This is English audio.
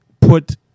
put